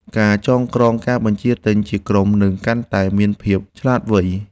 ការចងក្រងការបញ្ជាទិញជាក្រុម នឹងកាន់តែមានភាពឆ្លាតវៃ។